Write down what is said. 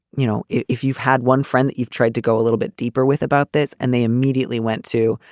you know, if you've had one friend that you've tried to go a little bit deeper with about this, and they immediately went to,